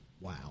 Wow